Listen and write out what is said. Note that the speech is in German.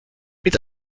mit